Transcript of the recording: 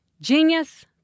Genius